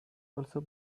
also